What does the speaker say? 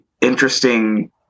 interesting